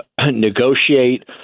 negotiate